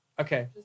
Okay